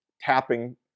tapping